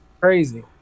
crazy